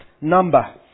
number